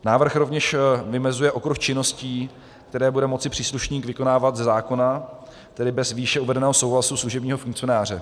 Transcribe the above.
Návrh rovněž vymezuje okruh činností, které bude moci příslušník vykonávat ze zákona, tedy bez výše uvedeného souhlasu služebního funkcionáře.